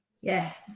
yes